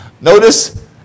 Notice